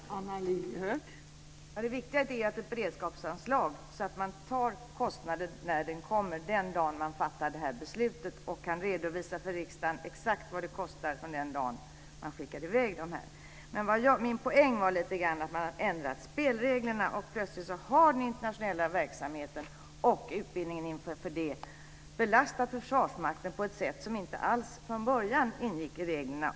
Fru talman! Det viktiga är att det är ett beredskapsanslag, så att man tar kostnaden när den kommer den dagen som man fattar detta beslut och kan redovisa för riksdagen exakt vad det kostar från den dagen man skickar i väg dem. Min poäng handlade lite grann om att man har ändrat spelreglerna. Plötsligt har den internationella verksamheten och utbildningen inför det belastat Försvarsmakten på ett sätt som inte alls från början ingick i reglerna.